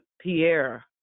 Pierre